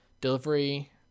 delivery